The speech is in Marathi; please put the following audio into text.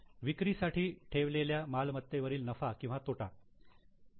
विक्रीसाठी ठेवलेल्या मालमत्तेवरील नफा किंवा तोटा पी